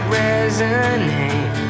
resonate